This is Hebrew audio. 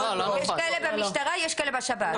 יש כאלה במשטרה ויש כאלה בשירות בתי הסוהר.